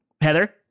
Heather